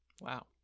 Wow